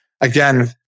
again